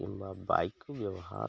କିମ୍ବା ବାଇକ୍ ବ୍ୟବହାର